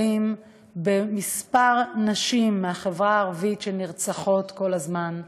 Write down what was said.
שנשים בחברה הערבית נרצחות כל הזמן,